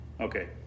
Okay